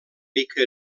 mica